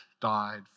died